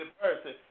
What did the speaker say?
person